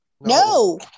No